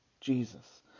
Jesus